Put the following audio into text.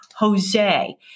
Jose